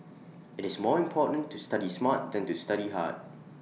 IT is more important to study smart than to study hard